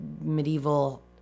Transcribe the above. medieval